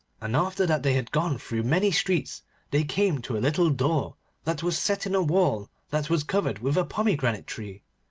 and after that they had gone through many streets they came to a little door that was set in a wall that was covered with a pomegranate tree.